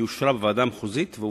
היא אושרה בוועדה המחוזית והופקדה.